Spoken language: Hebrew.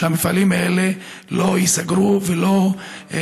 להגיע לכך שהמפעלים האלה לא ייסגרו ושלא